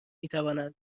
میتوانند